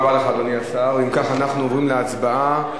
אני אעשה את